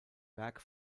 werk